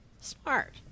Smart